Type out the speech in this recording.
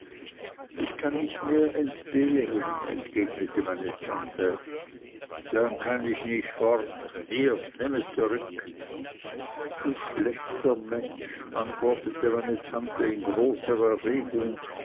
ich kann nicht mehr entbehren entgegnete meine tante dann kann ich nicht fort hier nimm es zurück du schlechter mensch antwortete meine tante in großer erregung